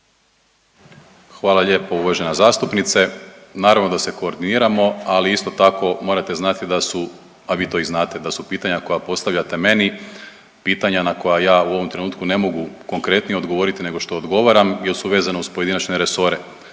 Hvala lijepo uvažena zastupnice. Naravno da se koordiniramo, ali isto tako morate znati, a vi to i znate da su pitanja koja postavljate meni pitanja na koja ja u ovom trenutku ne mogu konkretnije odgovoriti nego što odgovaram jer su vezana uz pojedinačne resore.